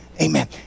Amen